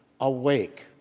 awake